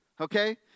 okay